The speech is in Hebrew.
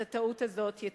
את הטעות הזאת יתקנו.